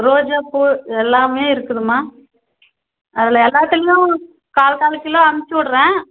ரோஜாப்பூ இது எல்லாமே இருக்குதும்மா அதில் எல்லாத்துலேயும் கால் கால் கிலோ அமுச்சு விட்றேன்